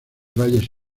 valles